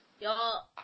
Y'all